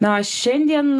na o šiandien